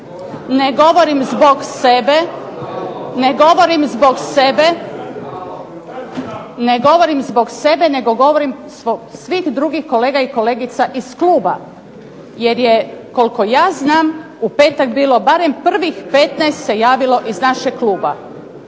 ne govorim zbog sebe nego zbog svih drugih kolega i kolegica iz kluba, jer je koliko ja znam u petak bilo barem prvih 15 se javilo iz našeg kluba.